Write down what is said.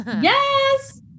Yes